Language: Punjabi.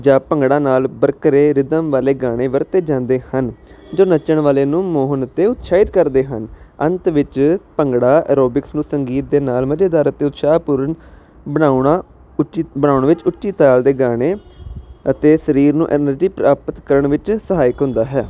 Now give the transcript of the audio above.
ਜਾਂ ਭੰਗੜਾ ਨਾਲ ਬਰਕਰੇ ਰਿਦਮ ਵਾਲੇ ਗਾਣੇ ਵਰਤੇ ਜਾਂਦੇ ਹਨ ਜੋ ਨੱਚਣ ਵਾਲੇ ਨੂੰ ਮੋਹਨ ਅਤੇ ਉਤਸ਼ਾਹਿਤ ਕਰਦੇ ਹਨ ਅੰਤ ਵਿੱਚ ਭੰਗੜਾ ਅਰੋਬਿਕਸ ਨੂੰ ਸੰਗੀਤ ਦੇ ਨਾਲ ਮਜ਼ੇਦਾਰ ਅਤੇ ਉਤਸ਼ਾਹ ਪੂਰਨ ਬਣਾਉਣਾ ਉੱਚਿਤ ਬਣਾਉਣ ਵਿੱਚ ਉੱਚੀ ਤਾਲ ਦੇ ਗਾਣੇ ਅਤੇ ਸਰੀਰ ਨੂੰ ਐਨਰਜੀ ਪ੍ਰਾਪਤ ਕਰਨ ਵਿੱਚ ਸਹਾਇਕ ਹੁੰਦਾ ਹੈ